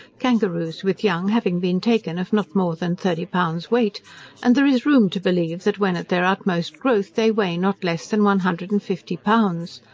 kangaroos with young having been taken of not more than thirty pounds weight and there is room to believe that when at their utmost growth, they weigh not less than one hundred and fifty pounds.